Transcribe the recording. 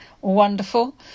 wonderful